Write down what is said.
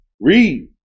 Read